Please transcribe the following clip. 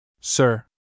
Sir